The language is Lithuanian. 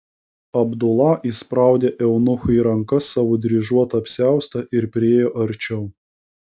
abdula įspraudė eunuchui į rankas savo dryžuotą apsiaustą ir priėjo arčiau